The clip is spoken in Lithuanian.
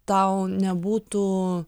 tau nebūtų